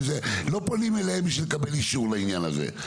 כי לא פונים אליהם לקבל אישור לעניין הזה.